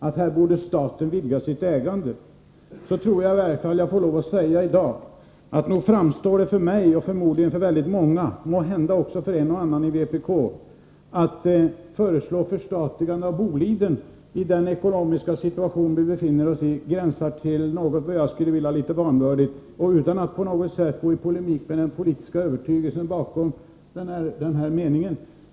Men att i den ekonomiska situation som vårt land befinner sig i föreslå ett förstatligande av Boliden framstår för mig och förmodligen för många andra — måhända också för en och annan i vpk — som ett dåligt skämt. Därmed vill jag inte på något sätt gå i polemik med den politiska övertygelsen bakom denna mening.